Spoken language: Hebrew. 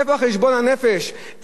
איפה חשבון הנפש?